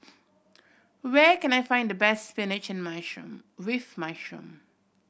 where can I find the best spinach and mushroom with mushroom